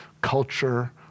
culture